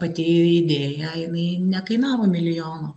atėjo idėja jinai nekainavo milijono